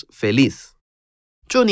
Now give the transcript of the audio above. feliz